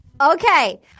Okay